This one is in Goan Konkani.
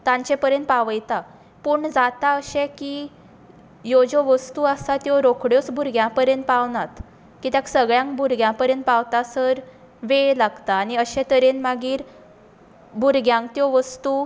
तांचे पर्यंत पावयता पूण जाता अशें की ह्यो ज्यो वस्तू आसात त्यो रोखड्योच भुरग्यां पर्यंत पावनात कित्याक सगळ्यांक भुरग्यां पर्यंत पावता सर वेळ लागता आनी अशें तरेन मागीर भुरग्यांक त्यो वस्तू